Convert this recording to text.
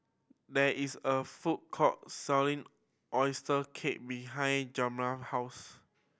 there is a food court selling oyster cake behind Jeramiah's house